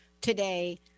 today